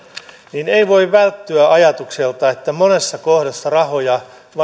ei voi välttyä ajatukselta että monessa kohdassa rahoja vain